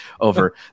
over